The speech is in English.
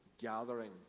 gathering